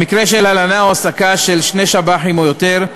במקרה של הלנה או העסקה של שני שב"חים או יותר,